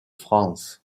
france